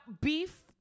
beef